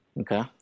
Okay